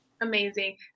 amazing